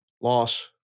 Loss